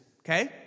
Okay